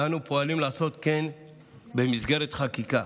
ואנו פועלים לעשות כן במסגרת חקיקה,